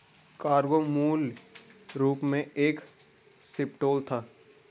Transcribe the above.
cargo मूल रूप से एक शिपलोड था